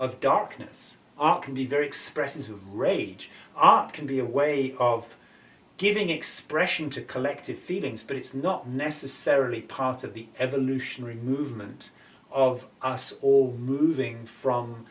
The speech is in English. of darkness are can be very expressive who have rage art can be a way of giving expression to collective feelings but it's not necessarily part of the evolutionary movement of us all moving from